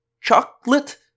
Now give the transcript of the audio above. Chocolate